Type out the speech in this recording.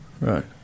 right